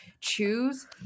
choose